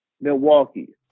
Milwaukee